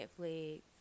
Netflix